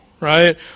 right